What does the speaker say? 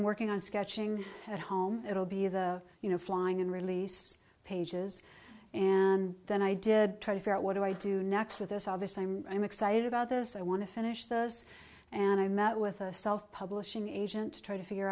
i'm working on sketching at home it'll be the you know flying and release pages and then i did try to figure out what do i do next with us obviously i'm excited about those i want to finish those and i met with a self publishing agent to try to figure